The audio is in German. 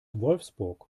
wolfsburg